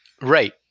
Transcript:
Right